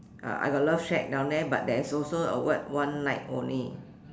uh I got love shack down there but there is also a word one night only